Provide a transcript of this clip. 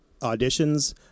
auditions